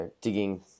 digging